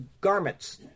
garments